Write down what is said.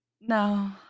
no